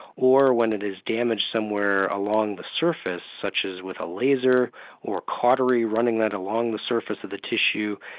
or when it is damaged somewhere along the surface, such as with a laser or a cautery, running that along the surface of the tissue,